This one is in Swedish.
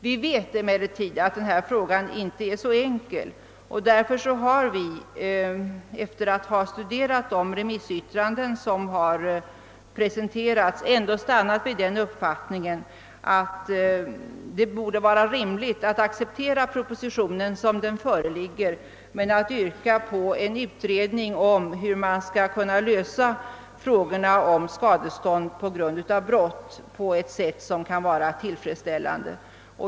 Vi vet emellertid att denna fråga inte är så enkel. Därför har vi efter att ha studerat de remissyttranden som Ppresenterats ändå stannat vid den uppfattningen, att det borde vara rimligt att acceptera propositionen som den föreligger men att yrka på en utredning om hur man skall kunna lösa frågorna om skadestånd på grund av brott på ett sätt som kan vara tillfredsställande.